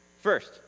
First